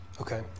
Okay